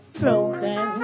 broken